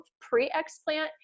pre-explant